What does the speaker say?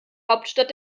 hauptstadt